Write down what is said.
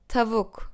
Tavuk